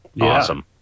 awesome